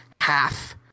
half